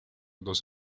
dos